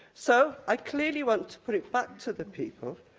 so, i clearly want to put it back to the people.